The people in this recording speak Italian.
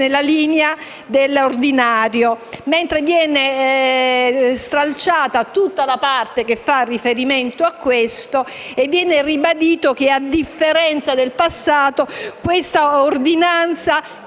nella linea dell'ordinario. Viene stralciata tutta la parte che fa riferimento all'urgenza e ribadito che, a differenza del passato, l'ordinanza,